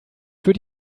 für